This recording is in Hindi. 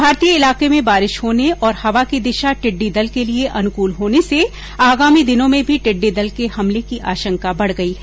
भारतीय इलाके में बारिश होने और हवा की दिशा टिड्डी दल के लिए अनुकूल होने से आगामी दिनों में भी टिड्डी दल के हमले की आशंका बढ़ गई है